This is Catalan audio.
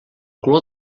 color